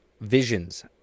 visions